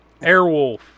Airwolf